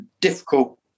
difficult